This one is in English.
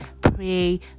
pray